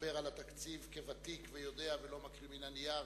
שמדבר על התקציב כוותיק ויודע ולא מקריא מן הנייר.